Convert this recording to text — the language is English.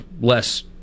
less